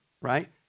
right